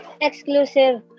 exclusive